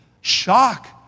shock